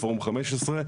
מפורום 15,